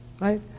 right